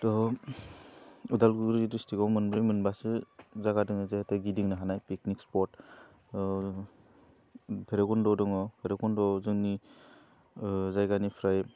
थ' उदालगुरि ड्रिस्टिकआव मोनब्रै मोनबासो जागा दं जिहेथु गिदिंनो हानाय पिकनिक स्पट भैरबखुन्ड दङ भैरबखुन्डआ जोंनि जायगानिफ्राय